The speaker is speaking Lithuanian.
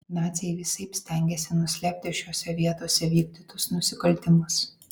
naciai visaip stengėsi nuslėpti šiose vietose vykdytus nusikaltimus